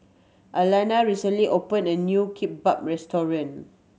Alannah recently opened a new Kimbap Restaurant